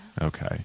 okay